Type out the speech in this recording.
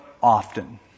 often